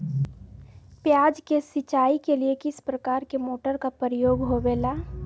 प्याज के सिंचाई के लिए किस प्रकार के मोटर का प्रयोग होवेला?